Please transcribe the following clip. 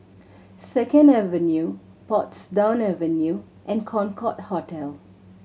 Second Avenue Portsdown Avenue and Concorde Hotel